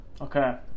Okay